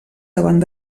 davant